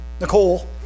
Nicole